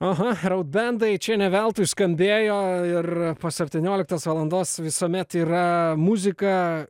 aha raudendai čia ne veltui skambėjo ir po septynioliktos valandos visuomet yra muzika